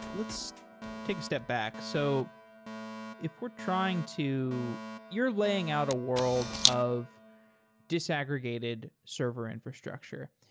let's take a step back. so if we're trying to you're laying out a world of disaggregated server infrastructure.